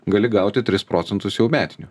gali gauti tris procentus jau metinių